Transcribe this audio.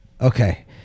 Okay